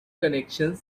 connections